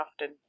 often